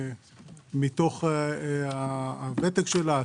שבאים מתוך הוותק שלה,